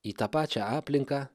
į tą pačią aplinką